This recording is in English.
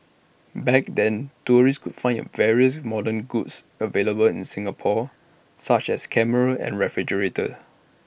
back then tourists could find various modern goods available in Singapore such as cameras and refrigerators